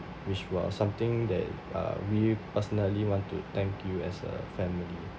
which was something that uh we personally want to thank you as a family